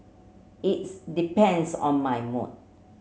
its depends on my mood